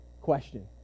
question